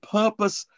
purpose